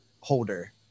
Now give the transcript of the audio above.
holder